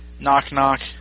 knock-knock